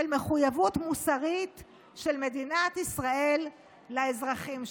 מחויבות מוסרית של מדינת ישראל לאזרחים שלה.